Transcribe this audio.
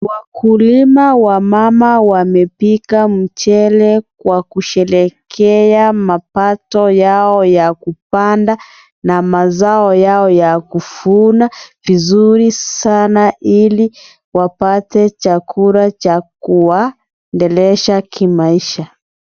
Wakulima, wamama ,wamepika mchele kwa kusherehekea mapato yao ya kupanda na mazao yao ya kuvuna vizuri sana, ili wapate chakula cha kiwaendelesha, kimaisha.